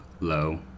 low